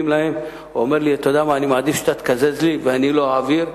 להם אומר לי: אני מעדיף שאתה תקזז לי ואני לא אעביר,